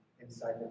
inside